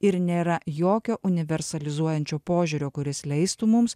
ir nėra jokio universalizuojančio požiūrio kuris leistų mums